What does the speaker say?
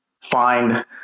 find